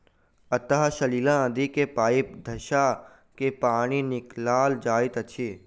अंतः सलीला नदी मे पाइप धँसा क पानि निकालल जाइत अछि